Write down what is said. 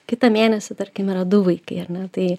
kitą mėnesį tarkim yra du vaikai ar ne tai